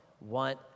want